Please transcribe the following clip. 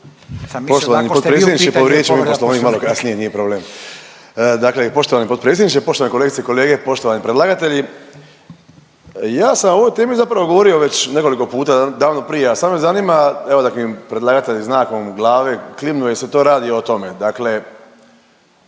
sam mislio da ako ste vi u pitanju